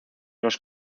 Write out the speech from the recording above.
los